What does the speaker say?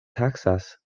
taksas